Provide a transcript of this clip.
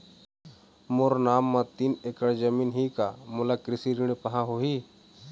मोर नाम म तीन एकड़ जमीन ही का मोला कृषि ऋण पाहां होही?